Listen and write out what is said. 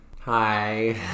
Hi